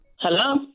Hello